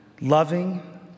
loving